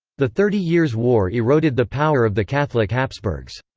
the thirty years' war eroded the power of the catholic habsburgs.